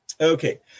Okay